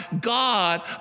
God